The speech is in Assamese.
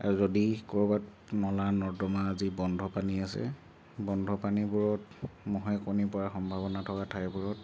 আৰু যদি ক'ৰবাত নলা নৰ্দমা যি বন্ধ পানী আছে বন্ধ পানীবোৰত মহে কণী পৰাৰ সম্ভাৱনা থকা ঠাইবোৰত